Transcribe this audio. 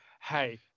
hey